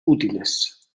útiles